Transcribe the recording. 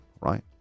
right